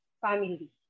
family